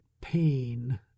pain